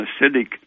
acidic